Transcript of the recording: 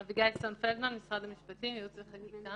אני אביגיל סון פלדמן, ממחלקת ייעוץ וחקיקה.